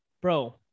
bro